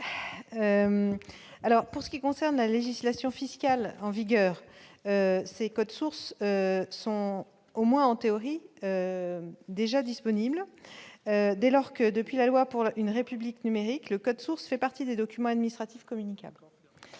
alors pour ce qui concerne la législation fiscale en vigueur ses codes sources sont au moins en théorie, déjà disponible dès lors que depuis la loi pour une République numérique le code-source fait partie des documents administratifs communicables